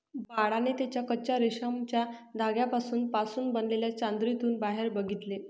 बाळाने त्याच्या कच्चा रेशमाच्या धाग्यांपासून पासून बनलेल्या चादरीतून बाहेर बघितले